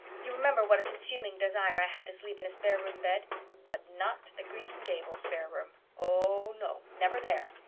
you remember what a consuming desire i had to sleep in a spare room bed but not the green gables spare room. oh, no, never there!